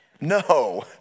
No